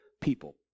people